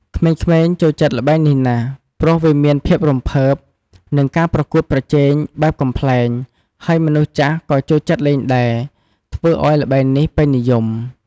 ក្មេងៗចូលចិត្តល្បែងនេះណាស់ ព្រោះវាមានភាពរំភើប និងការប្រកួតប្រជែងបែបកំប្លែង ហើយមនុស្សចាស់ក៏ចូលចិត្តលេងដែរ ធ្វើឱ្យល្បែងនេះពេញនិយម។